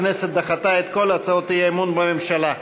הכנסת דחתה את כל הצעות האי-אמון בממשלה.